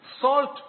Salt